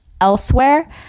elsewhere